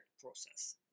process